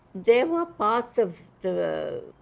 there were parts of the